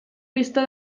pista